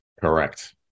Correct